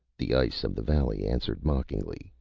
the ice of the valley answered mockingly,